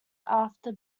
after